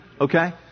Okay